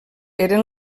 eren